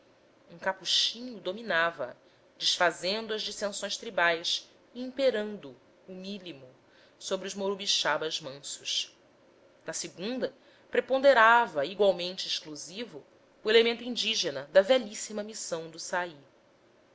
um capuchinho dominava o desfazendo as dissensões tribais e imperando humílimo sobre os morubixabas mansos no segundo preponderava igualmente exclusivo o elemento indígena da velhíssima missão do saí